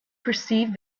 perceived